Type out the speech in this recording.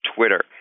Twitter